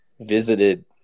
visited